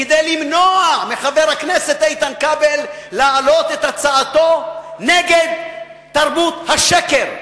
כדי למנוע מחבר הכנסת איתן כבל להעלות את הצעתו נגד תרבות השקר.